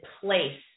place